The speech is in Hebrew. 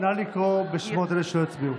(קוראת בשמות חברי הכנסת)